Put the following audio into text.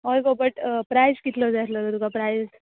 हय गो but price कितलो जाय आसलो त तुका प्रायज